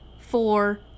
four